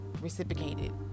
reciprocated